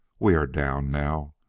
we are down now,